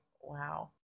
wow